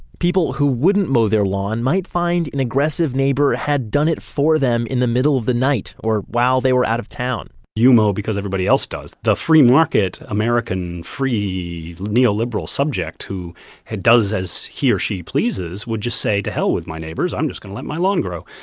people who wouldn't mow their lawn might find an aggressive neighbor had done it for them in the middle of the night or while they were out of town you mow because everybody else does. the free market, american free, neo-liberal subject who does as he or she pleases would just say, to hell with my neighbors. i'm just going to let my lawn grow.